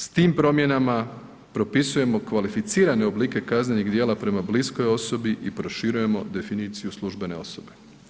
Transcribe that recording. S time promjenama propisujemo kvalificirane oblike kaznenih djela prema bliskoj osobi i proširujemo definiciju službene osobe.